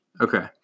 Okay